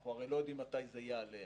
אנחנו הרי לא יודעים מתי זה ייעלם